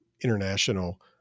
international